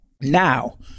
Now